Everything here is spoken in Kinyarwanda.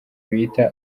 bita